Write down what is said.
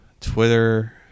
twitter